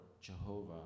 Jehovah